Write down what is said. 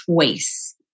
choice